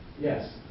Yes